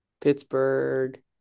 Pittsburgh